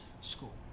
school